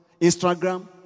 Instagram